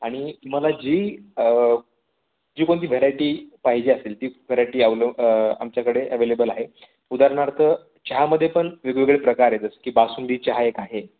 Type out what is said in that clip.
आणि मला जी जी कोणती व्हेरायटी पाहिजे असेल ती व्हेरायटी अवले आमच्याकडे अवेलेबल आहे उदाहरणार्थ चहामध्ये पण वेगवेगळे प्रकार आहे जसं की बासुंदी चहा एक आहे